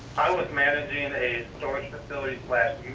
i was managing and a storage facility